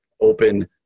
open